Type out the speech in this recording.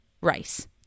rice